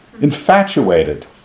infatuated